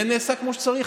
זה נעשה כמו שצריך.